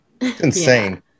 insane